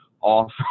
off